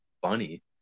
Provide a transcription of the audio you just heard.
funny